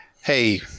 hey